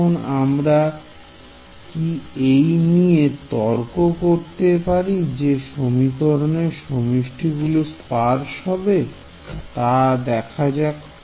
এখন আমরা কি এই নিয়ে তর্ক করতে পারি যে সমীকরণের সমষ্টি গুলো স্পাস হবে তা দেখা যাক